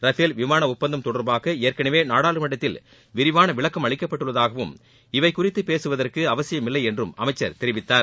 Rafale விமான ஒப்பந்தம் தொடர்பாக ஏற்கனவே நாடாளுமன்றத்தில் விரிவான விளக்கம் அளிக்கப்பட்டுள்ளதாகவும் இவை குறித்து பேசுவதற்கு அவசியமில்லை என்றும் அமைச்சர் தெரிவித்தார்